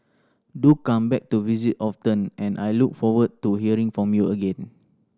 do come back to visit often and I look forward to hearing from you again